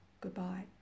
Goodbye